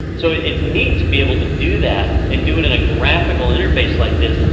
so it's neat to be able to do that, and do it in a graphical interface like this.